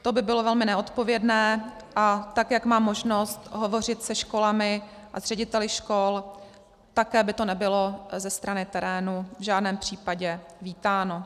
To by bylo velmi neodpovědné, a tak jak mám možnost hovořit se školami a s řediteli škol, také by to nebylo ze strany terénu v žádném případě vítáno.